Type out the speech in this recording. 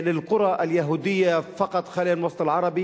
חבל שהיא עשתה את זה באיחור של שלוש שנים,